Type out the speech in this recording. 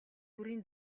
бүрийн